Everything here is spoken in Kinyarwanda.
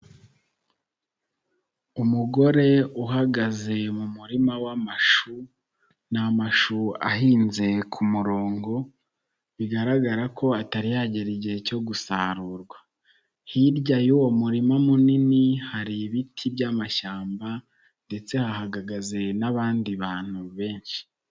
Umugore uhagaze mu murima w'amashu ni amashu ahinze ku murongo bigaragara ko atari yagera igihe cyo gusarurwa, hirya y'uwo murima munini hari ibiti by'amashyamba ndetse hahagaze n'abandi bantu benshi.